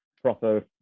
Proper